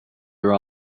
are